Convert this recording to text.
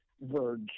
Verge